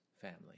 family